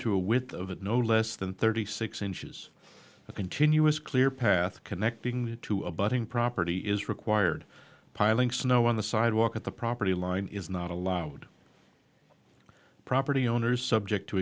to a with of it no less than thirty six inches a continuous clear path connecting the two abutting property is required piling snow on the sidewalk at the property line is not allowed property owners subject to